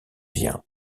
vient